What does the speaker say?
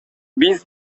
биз